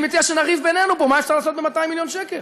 אני מציע שנריב בינינו פה מה אפשר לעשות ב-200 מיליון שקל.